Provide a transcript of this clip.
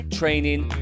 training